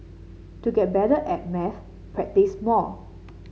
to get better at maths practise more